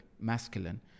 masculine